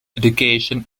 education